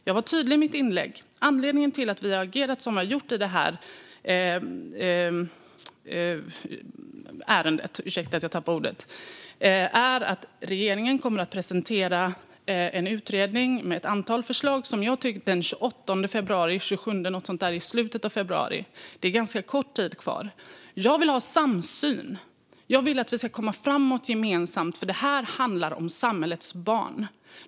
Jag var tydlig i mitt anförande: Anledningen till att vi har agerat som vi har gjort i det här ärendet är att regeringen kommer att presentera en utredning med ett antal förslag i slutet av februari. Det är alltså ganska kort tid kvar. Jag vill ha samsyn. Jag vill att vi ska komma framåt gemensamt, för det här handlar om samhällets barn.